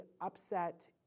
upset